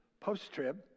post-trib